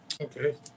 Okay